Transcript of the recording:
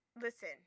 Listen